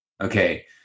Okay